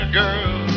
girl